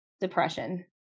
depression